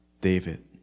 David